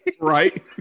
right